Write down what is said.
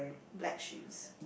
black shoes